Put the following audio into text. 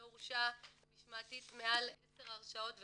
לא הורשע מעל עשר הרשעות וכולי,